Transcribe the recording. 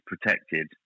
protected